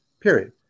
period